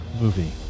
movie